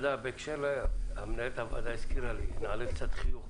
איימן עודה,